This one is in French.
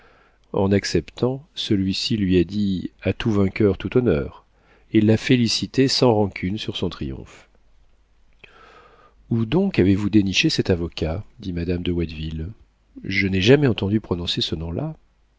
en acceptant celui-ci lui a dit a tout vainqueur tout honneur et l'a félicité sans rancune sur son triomphe où donc avez-vous déniché cet avocat dit madame de watteville je n'ai jamais entendu prononcer ce nom-là